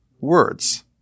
words